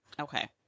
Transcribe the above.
Okay